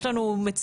יש לנו מציאות,